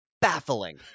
baffling